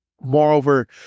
Moreover